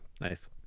Nice